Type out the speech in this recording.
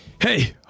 Hey